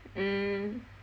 mm